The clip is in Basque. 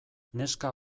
neska